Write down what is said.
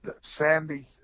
Sandy